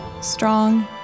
strong